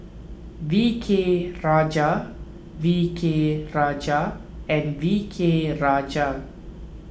V K Rajah V K Rajah and V K Rajah